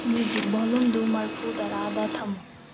music ꯚꯣꯂꯨꯝꯗꯨ ꯃꯔꯤꯐꯨ ꯇꯔꯥꯗ ꯊꯝꯃꯨ